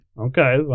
okay